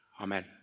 Amen